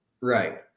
right